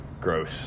gross